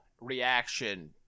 reaction